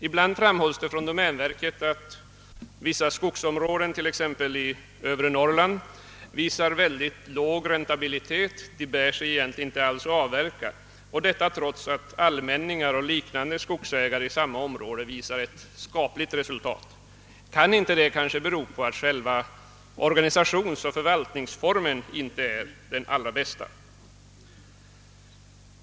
Ibland framhålls det från domänverket att vissa skogsområden, t.ex. i övre Norrland, visar mycket låg räntabilitet. Det bär sig egentligen inte att avverka dem, trots att allmänningar och liknande skogar i samma område visar ett skapligt resultat. Kan inte det bero på att själva organisationsoch förvaltningsformen inte är den allra bästa?